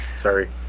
Sorry